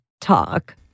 talk